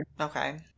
okay